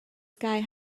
sky